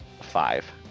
five